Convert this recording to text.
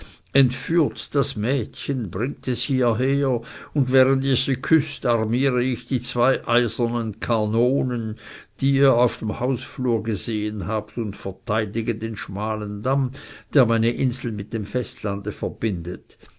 entführt das mädchen bringt es hieher und während ihr sie küßt armiere ich die zwei eisernen kanonen die ihr auf dem hausflur gesehen habt und verteidige den schmalen damm der meine insel mit dem festlande verbindet